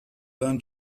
learn